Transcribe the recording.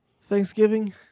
Thanksgiving